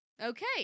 Okay